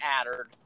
Adder